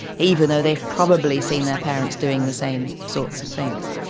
even though they have probably seen their parents doing the same sorts of things.